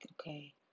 Okay